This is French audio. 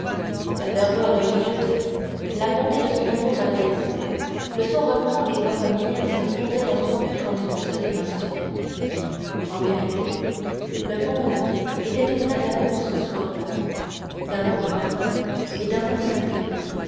la ferveur religieuse la montée de son amour adolescent le son remuant des voix familières se fondaient dans son coeur en une seule émotion en vérité le monde était tout plein d'amour ce soir-là d'amour profane et d'amour sacré